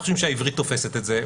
אנחנו חושבים שהעברית תופסת את זה.